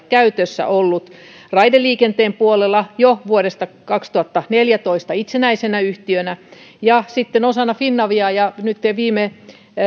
käytössä osakeyhtiömuotoja raideliikenteen puolella jo vuodesta kaksituhattaneljätoista itsenäisenä yhtiönä ja sitten lentovarmistus osana finaviaa ja nyt viime